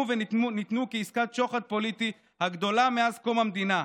וניתנו כעסקת שוחד פוליטי הגדולה מאז קום המדינה.